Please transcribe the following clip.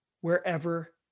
wherever